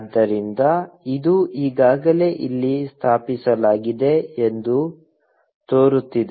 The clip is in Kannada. ಆದ್ದರಿಂದ ಇದು ಈಗಾಗಲೇ ಇಲ್ಲಿ ಸ್ಥಾಪಿಸಲಾಗಿದೆ ಎಂದು ತೋರುತ್ತಿದೆ